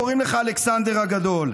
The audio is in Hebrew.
קוראים לך אלכסנדר הגדול.